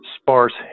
sparse